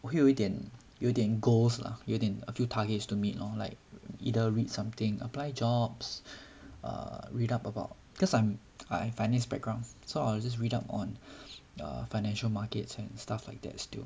我有一点有点 goals lah 有点 a few targets to meet then like either read something apply jobs err read up about because I'm I have finance background so I just read up on the financial markets and stuff like that still